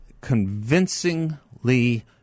Convincingly